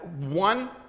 one